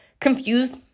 confused